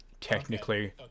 technically